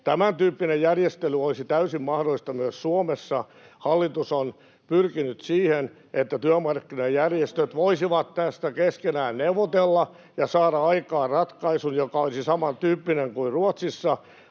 Tämäntyyppinen järjestely olisi täysin mahdollista myös Suomessa. Hallitus on pyrkinyt siihen, että työmarkkinajärjestöt voisivat tästä keskenään neuvotella ja saada aikaan ratkaisun, [Antti Kurvisen välihuuto] joka olisi samantyyppinen kuin Ruotsissa.